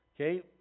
okay